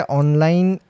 online